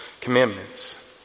commandments